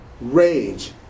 rage